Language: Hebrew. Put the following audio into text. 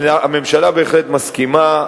הממשלה בהחלט מסכימה,